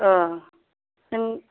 ओह नों